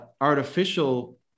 artificial